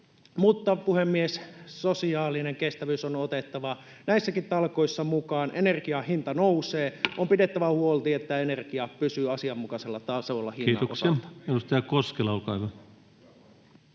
Mutta, puhemies, sosiaalinen kestävyys on otettava näissäkin talkoissa mukaan. Ener-gian hinta nousee. On pidettävä huoli, että energia pysyy asianmukaisella tasolla hinnan osalta.